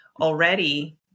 already